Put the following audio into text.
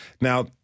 Now